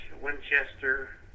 Winchester